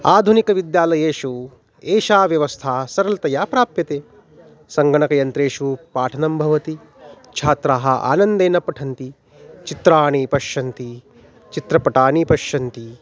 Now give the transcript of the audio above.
आधुनिकविद्यालयेषु एषा व्यवस्था सरलतया प्राप्यते सङ्गनकयन्त्रेषु पाठनं भवति छात्राः आनन्देन पठन्ति चित्राणि पश्यन्ति चित्रपटानि पश्यन्ति